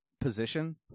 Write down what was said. position